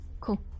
Cool